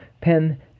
pen